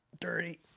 dirty